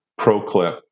Proclip